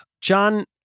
John